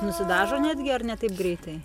nusidažo netgi ar ne taip greitai